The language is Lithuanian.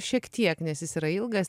šiek tiek nes jis yra ilgas